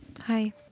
Hi